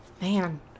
man